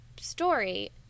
story